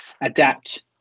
adapt